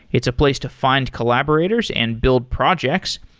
it's a place to find collaborators and build projects.